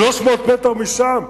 300 מטר משם,